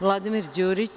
Vladimir Đurić.